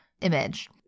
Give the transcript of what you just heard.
image